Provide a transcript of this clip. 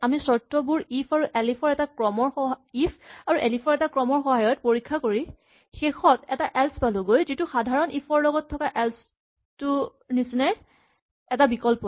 আমি চৰ্তবোৰ ইফ আৰু এলিফ ৰ এটা ক্ৰমৰ সহায়ত পৰীক্ষা কৰি শেষত এটা এল্চ পালোগৈ যিটো সাধাৰণ ইফ ৰ লগত এল্চ টো এটা বিকল্প হোৱাৰ দৰে ইয়াতো ই এটা বিকল্প